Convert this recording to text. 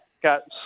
got